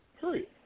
Period